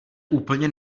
úplně